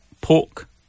pork